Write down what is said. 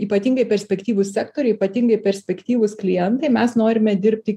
ypatingai perspektyvūs sektoriai ypatingai perspektyvūs klientai mes norime dirbti